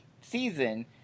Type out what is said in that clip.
season